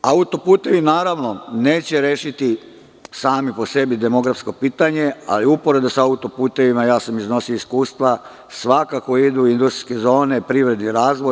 Autoputevi naravno neće rešiti sami po sebi demografsko pitanje, ali uporedo sa autoputevima, ja sam iznosio iskustva, svakako idu i industrijske zone, privredni razvoj.